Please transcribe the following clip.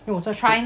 因为我在